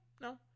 no